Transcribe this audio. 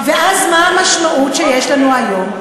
ואז מה המשמעות שיש לנו היום?